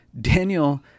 Daniel